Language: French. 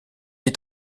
est